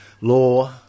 law